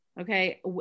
Okay